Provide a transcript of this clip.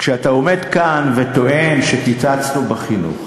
כשאתה עומד כאן וטוען שקיצצנו בחינוך